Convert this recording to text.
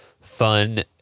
fun